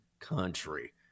country